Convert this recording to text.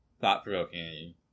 thought-provoking